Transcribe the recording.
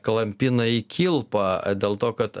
klampina į kilpą dėl to kad